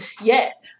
yes